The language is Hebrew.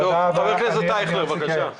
חבר הכנסת אייכלר, בבקשה.